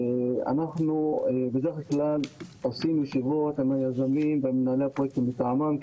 אנחנו בדרך כלל עושים ישיבות עם היזמים ומנהלי הפרויקטים מטעמם,